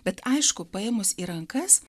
bet aišku paėmus į rankas